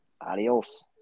Adios